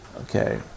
Okay